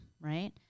right